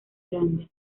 grande